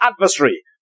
adversary